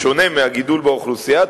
בשונה מהגידול באוכלוסייה,